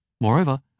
Moreover